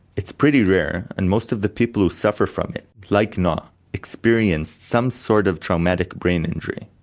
it's pretty rare, and most of the people who suffer from it, like noa, experienced some sort of traumatic brain injury.